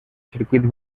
circuit